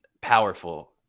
powerful